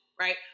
Right